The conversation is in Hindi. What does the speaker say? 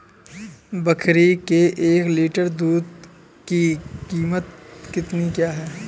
बकरी के एक लीटर दूध की कीमत क्या है?